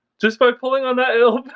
just by pulling on that